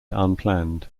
unplanned